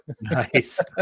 Nice